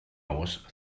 was